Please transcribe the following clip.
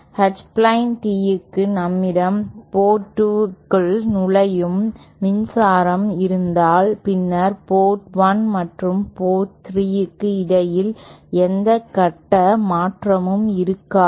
H plane Teeக்கு நம்மிடம் port 2 க்குள் நுழையும் மின்சாரம் இருந்தால் பின்னர் போர்ட் 1 மற்றும் போர்ட் 3 க்கு இடையில் எந்த கட்ட மாற்றமும் இருக்காது